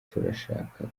turashaka